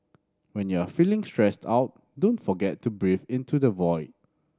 when you are feeling stressed out don't forget to breathe into the void